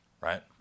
right